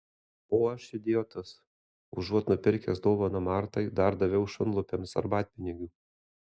o aš idiotas užuot nupirkęs dovaną martai dar daviau šunlupiams arbatpinigių